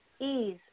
ease